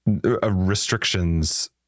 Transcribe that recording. restrictions